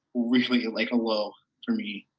really hit, like, a low for me.